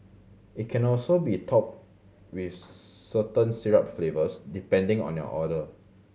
it can also be topped with certain syrup flavours depending on your order